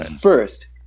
First